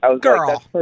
Girl